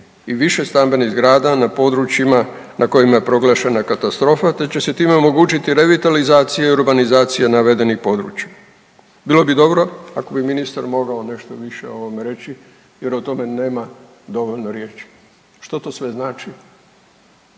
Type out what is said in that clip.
i višestambenih zgrada na područjima na kojima je proglašena katastrofa, te će se time omogućiti revitalizacija i urbanizacija navedenih područja. Bilo bi dobro ako bi ministar mogao nešto više o ovome reći jer o tome nema dovoljno riječi. Što to sve znači